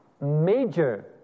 major